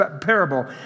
parable